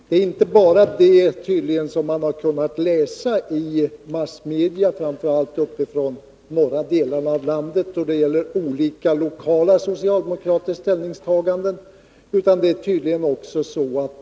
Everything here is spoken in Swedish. Det gäller tydligen inte bara olika lokala socialdemokratiska ställningsstaganden, vilket vi har kunnat läsa om i massmedia från framför allt de norra delarna av landet.